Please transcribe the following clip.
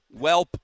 Welp